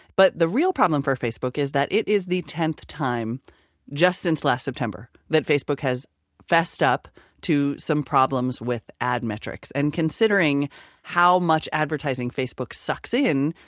but the real problem for facebook is that it is the tenth time just since last september that facebook has fessed up to some problems with ad metrics. and considering how much advertising facebook sucks in,